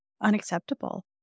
unacceptable